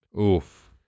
Oof